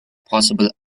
possible